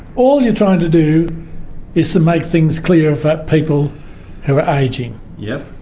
all you're trying to do is to make things clearer for people who are ageing. yep.